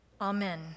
Amen